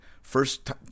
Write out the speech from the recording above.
First